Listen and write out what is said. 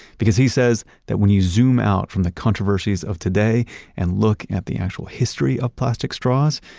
because he says that when you zoom out from the controversies of today and look at the actual history of plastic straws,